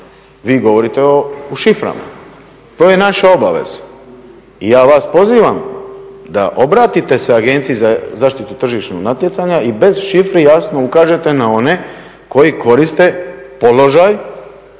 vi govorite u šiframa. To je naša obveza. I ja vas pozivam da se obratite Agenciji za zaštitu tržišnog natjecanja i bez šifri jasno ukažete na one koji koriste položaj